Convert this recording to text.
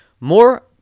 More